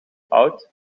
oud